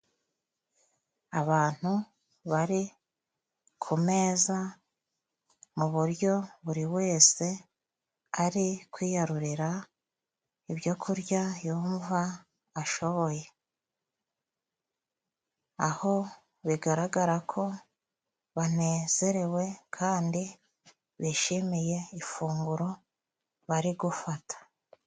Abantu bari ku meza mu buryo buri wese, ari kwiyarurira ibyokuryayumva ashoboye, aho bigaragara ko banezerewe kandi bishimiye ifunguro bari gufata.